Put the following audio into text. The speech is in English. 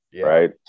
right